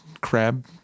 crab